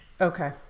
Okay